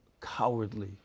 cowardly